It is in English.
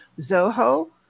Zoho